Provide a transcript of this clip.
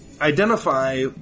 identify